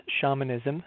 shamanism